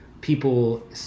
people